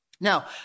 Now